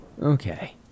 Okay